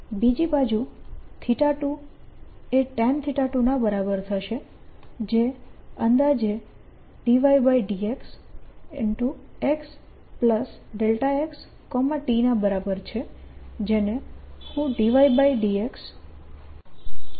બીજી બાજુ 2 એ tan2 ના બરાબર થશે જે અંદાજે ∂y∂xxxt ના બરાબર છે